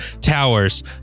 towers